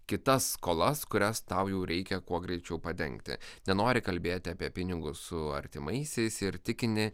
kitas skolas kurias tau jau reikia kuo greičiau padengti nenori kalbėti apie pinigus su artimaisiais ir tikini